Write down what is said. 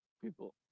people